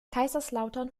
kaiserslautern